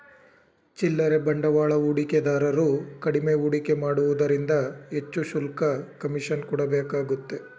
ಚಿಲ್ಲರೆ ಬಂಡವಾಳ ಹೂಡಿಕೆದಾರರು ಕಡಿಮೆ ಹೂಡಿಕೆ ಮಾಡುವುದರಿಂದ ಹೆಚ್ಚು ಶುಲ್ಕ, ಕಮಿಷನ್ ಕೊಡಬೇಕಾಗುತ್ತೆ